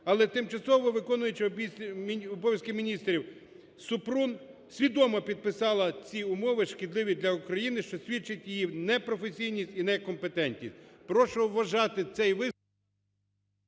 Але тимчасово виконуючий обов'язки міністра Супрун свідомо підписала ці умови, шкідливі для України, що свідчить про її непрофесійність і некомпетентність. Прошу вважати цей виступ…